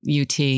UT